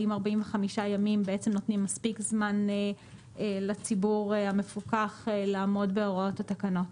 האם 45 ימים בעצם נותנים מספיק זמן לציבור המפוקח לעמוד בהוראות התקנות?